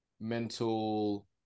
mental